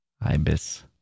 Ibis